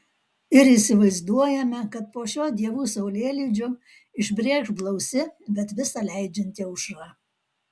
ir įsivaizduojame kad po šio dievų saulėlydžio išbrėkš blausi bet visa leidžianti aušra